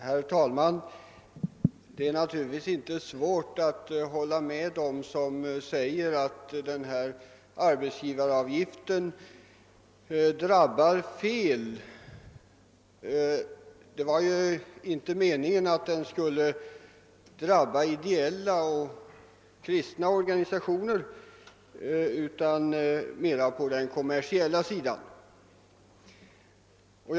Herr talman! Det är inte svårt att hålla med dem som säger att arbetsgivaravgiften delvis drabbar fel kategorier. Det var ju inte meningen att den skulle drabba ideella och kristna organisationer utan de kommersiella företagen.